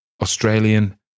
Australian